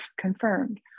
confirmed